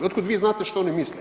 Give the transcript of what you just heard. Od kud vi znate što oni misle?